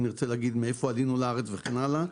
אם נרצה להגיד מאיפה עלינו לארץ וכן הלאה,